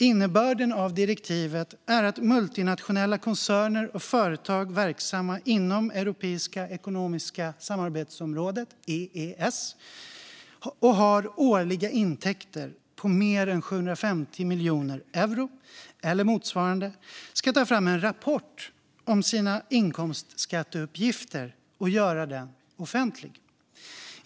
Innebörden av direktivet är att multinationella koncerner och företag som är verksamma inom Europeiska ekonomiska samarbetsområdet, EES, och som har årliga intäkter på mer än 750 miljoner euro eller motsvarande ska ta fram en rapport om sina inkomstskatteuppgifter och göra den offentlig.